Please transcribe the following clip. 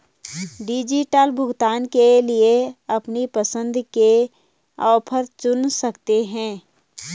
digital भुगतान के लिए अपनी पसंद के ऑफर चुन सकते है